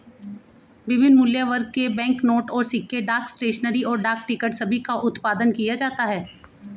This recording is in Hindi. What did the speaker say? विभिन्न मूल्यवर्ग के बैंकनोट और सिक्के, डाक स्टेशनरी, और डाक टिकट सभी का उत्पादन किया जाता है